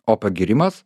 o pagyrimas